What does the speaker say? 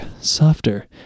softer